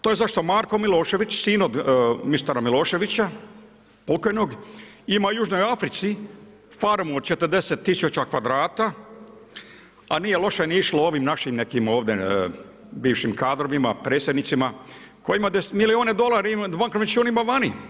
To je zašto Marko Milošević, sin od mistera Miloševića, pokojnog ima u južnoj Africi farmu od 40 000 kvadrata, a nije loše ni išlo ovim našim, nekim, ovdje bivšim kadrovima, predsjednicima, kojima milijune dolara na bankovnih računima vani.